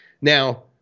Now